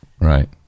Right